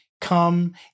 come